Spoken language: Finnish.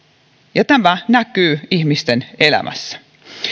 ja tämä näkyy ihmisten elämässä